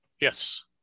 yes